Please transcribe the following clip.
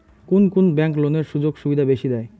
কুন কুন ব্যাংক লোনের সুযোগ সুবিধা বেশি দেয়?